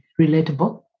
relatable